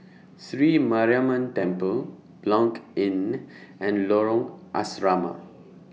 Sri Mariamman Temple Blanc Inn and Lorong Asrama